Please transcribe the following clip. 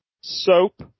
Soap